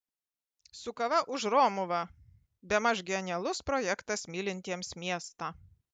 su kava už romuvą bemaž genialus projektas mylintiems miestą